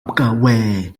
bwawe